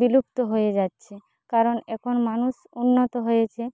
বিলুপ্ত হয়ে যাচ্ছে কারণ এখন মানুষ উন্নত হয়েছে